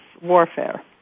warfare